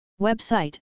Website